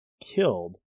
killed